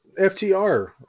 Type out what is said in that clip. FTR